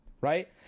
right